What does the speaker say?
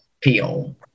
peel